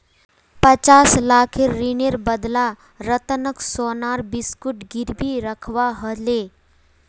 पचास लाखेर ऋनेर बदला रतनक सोनार बिस्कुट गिरवी रखवा ह ले